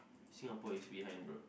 Singapore is behind bro